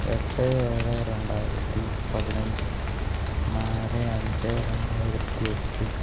എട്ട് ഏഴ് രണ്ടായിരത്തി പതിനഞ്ച് നാല് അഞ്ച് രണ്ടായിരത്തി എട്ട്